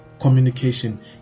communication